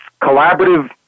collaborative